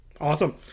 Awesome